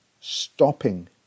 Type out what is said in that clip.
stopping